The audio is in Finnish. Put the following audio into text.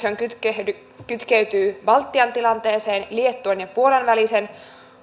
se kytkeytyy baltian tilanteeseen liettuan ja puolan välisen